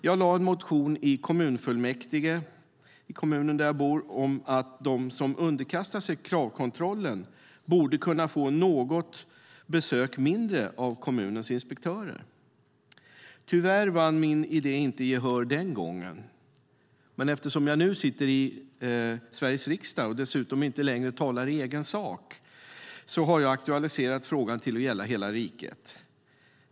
Jag väckte en motion i kommunfullmäktige i kommunen där jag bor om att de som underkastar sig Kravkontrollen borde kunna få något besök mindre av kommunens inspektörer. Tyvärr vann min idé inte gehör den gången. Men eftersom jag nu sitter i Sveriges riksdag och dessutom inte längre talar i egen sak har jag aktualiserat frågan till att gälla hela riket.